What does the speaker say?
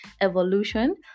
evolution